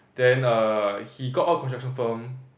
then err he got out construction firm